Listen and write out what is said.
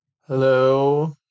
Hello